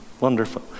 wonderful